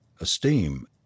esteem